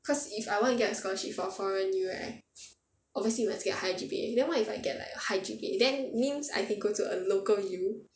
cause if I want to get a scholarship for foreign U right obviously must get high G_P_A then what if I get like a high G_P_A then means I can go to a local U